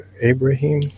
Abraham